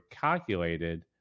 calculated